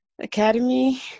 academy